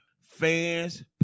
Fans